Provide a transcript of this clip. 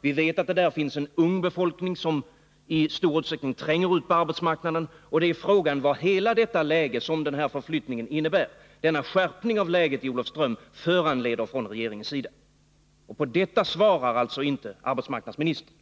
Vi vet att där finns en ung befolkning som i stor utsträckning tränger ut på arbetsmarknaden. Och frågan gällde vilka åtgärder den skärpning av läget i Olofström som förflyttningen innebär föranleder från regeringens sida. På detta svarar arbetsmarknadsministern alltså inte.